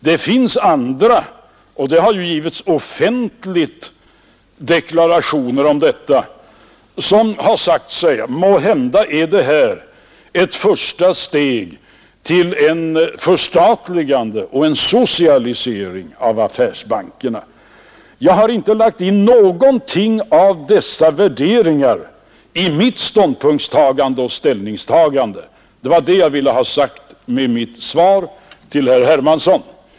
Det finns andra — och det har givits offentliga deklarationer om detta — som har sagt sig: Måhända är det här ett första steg mot ett förstatligande och en socialisering av affärsbankerna. Jag har inte lagt in någonting av dessa värderingar i mitt ställningstagande — det var det jag ville ha sagt med mitt svar till herr Hermansson.